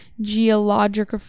geologic